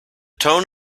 tone